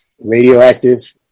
radioactive